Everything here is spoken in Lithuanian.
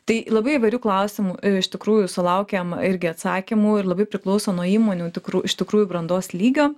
tai labai įvairių klausimų iš tikrųjų sulaukiam irgi atsakymų ir labai priklauso nuo įmonių tikrų iš tikrųjų brandos lygio